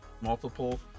multiple